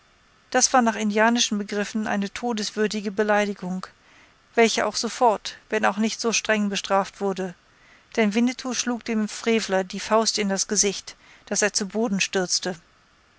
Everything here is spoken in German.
das war nach indianischen begriffen eine todeswürdige beleidigung welche auch sofort wenn auch nicht so streng bestraft wurde denn winnetou schlug dem frevler die faust in das gesicht daß er zu boden stürzte